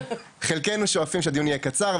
חלקנו שואפים שהדיון יהיה קצר,